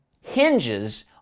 hinges